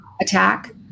attack